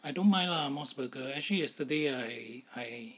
I don't mind lah mos burger actually yesterday I I